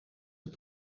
het